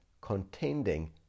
contending